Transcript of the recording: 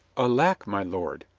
alack, my lord,